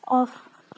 off